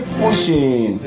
pushing